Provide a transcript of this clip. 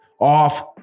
Off